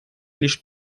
лишь